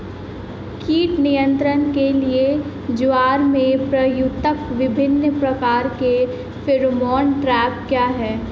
कीट नियंत्रण के लिए ज्वार में प्रयुक्त विभिन्न प्रकार के फेरोमोन ट्रैप क्या है?